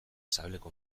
sabeleko